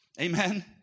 Amen